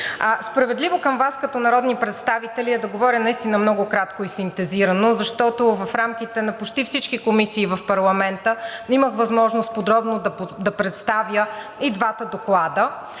Справедливо, към Вас като народни представители, е да говоря наистина много кратко и синтезирано, защото в рамките на почти всички комисии в парламента имах възможност подробно да представя и двата доклада.